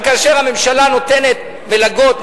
אבל כאשר הממשלה נותנת מלגות,